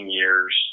years